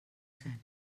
said